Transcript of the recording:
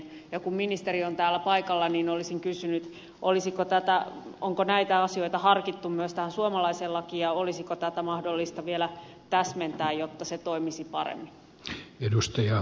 kun ministeri on täällä paikalla niin olisin kysynyt onko näitä asioita harkittu myös tähän suomalaiseen lakiin ja olisiko tätä mahdollista vielä täsmentää jotta se toimisi paremmin